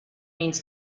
means